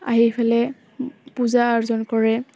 আহি পেলাই পূজা অৰ্চনা কৰে